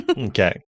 Okay